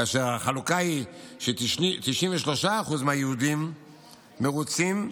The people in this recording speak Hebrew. כאשר החלוקה היא ש-93% מהיהודים מרוצים,